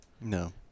No